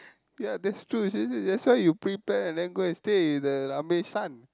ya that's true you see that's why you pre-plan and go stay with the Ramesh son